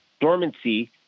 dormancy